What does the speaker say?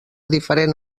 diferent